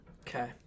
Okay